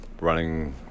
running